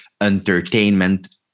entertainment